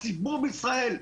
הציבור בישראל,